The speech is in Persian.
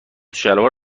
شلوار